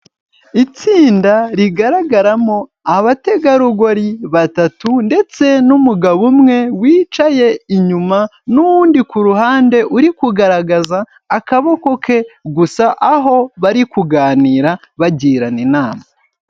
Itsinda rigaragaramo abategarugori batatu ndetse n'umugabo umwe wicaye inyuma n'undi ku ruhande uri kugaragaza akaboko ke gusa, aho bari kuganira bagirana inama.